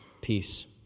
peace